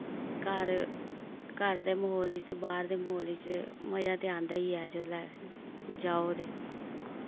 घर घर दे म्हौल च बाह्र दे म्हौल च मजा ते आंदा ही ऐ जेल्लै जाओ ते